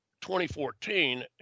2014